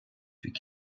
mhic